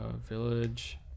village